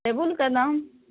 टेबुलके दाम